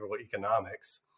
economics